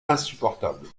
insupportable